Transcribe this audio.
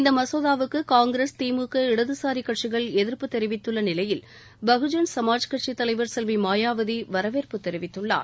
இந்த மசோதாவுக்கு காங்கிரஸ் திமுக இடதுசாரிக் கட்சிகள் எதிர்ப்பு தெரிவித்துள்ள நிலையில் பகுஜன் சமாஜ் கட்சித் தலைவர் செல்வி மாயாவதி வரவேற்பு தெரிவித்துள்ளார்